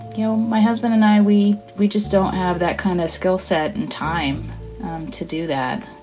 you know, my husband and i, we we just don't have that kind of skill set and time to do that.